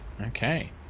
Okay